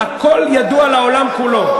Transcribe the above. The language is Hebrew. הכול ידוע לעולם כולו.